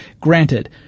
granted